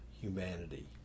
humanity